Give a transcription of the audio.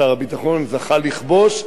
שר הביטחון זכה לכבוש,